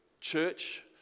church